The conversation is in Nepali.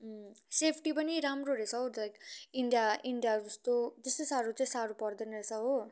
सेफ्टी पनि राम्रो रहेछ हौ लाइक इन्डिया इन्डिया जस्तो त्यस्तो साह्रो चाहिँ साह्रो पर्दैन रहेछ हो